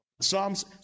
Psalms